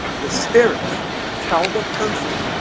the spirits tell the person